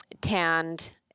tanned